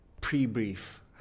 pre-brief